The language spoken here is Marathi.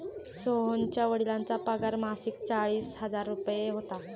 सोहनच्या वडिलांचा पगार मासिक चाळीस हजार रुपये होता